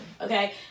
okay